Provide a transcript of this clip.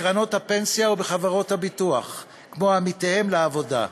בקרנות הפנסיה או בחברות הביטוח כמו עמיתיהם לעבודה.